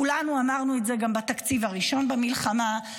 כולנו אמרנו את זה גם בתקציב הראשון במלחמה,